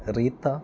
rita